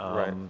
right.